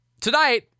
Tonight